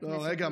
רגע,